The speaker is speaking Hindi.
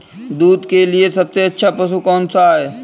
दूध के लिए सबसे अच्छा पशु कौनसा है?